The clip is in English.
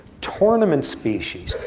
tournament species,